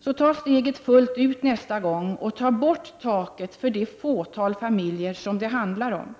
Så tag steget fullt ut nästa gång och tag bort taket för det fåtal familjer det handlar om!